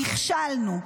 -- נכשלנו.